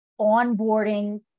onboarding